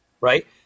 Right